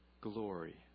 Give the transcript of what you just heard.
glory